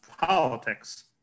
politics